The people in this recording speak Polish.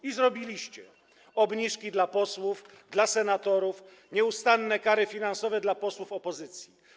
I zrobiliście: obniżki dla posłów, dla senatorów, nieustanne kary finansowe dla posłów opozycji.